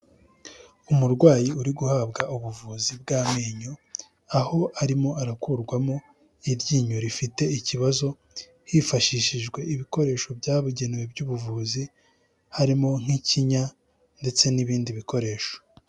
Umurwayi uri guhabwa ubuvuzi bw'amenyo aho arimo arakurwamo iryinyo rifite ikibazo hifashishijwe ibikoresho byabugenewe by'ubuvuzi harimo nk'ikinya ndetse n'ibindi bikoresho.